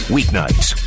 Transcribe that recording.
Weeknights